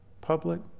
public